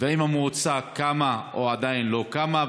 האם המועצה קמה או עדיין לא קמה,